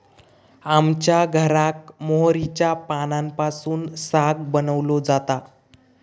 आमच्या घराक मोहरीच्या पानांपासून साग बनवलो जाता